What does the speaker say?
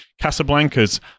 Casablanca's